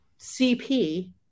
CP